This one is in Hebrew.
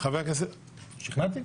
שכנעתי?